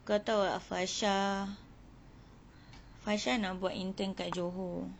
kau tahu tak fasha fasha nak buat intern kat johor